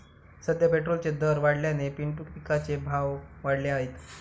सध्या पेट्रोलचे दर वाढल्याने पिंटू पिकाचे भाव वाढले आहेत